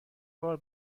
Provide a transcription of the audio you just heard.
بار